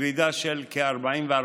ירידה של כ-44%.